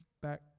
back